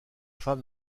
femme